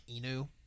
Inu